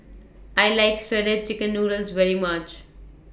I like Shredded Chicken Noodles very much